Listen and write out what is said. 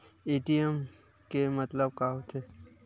ATM के मतलब का होथे?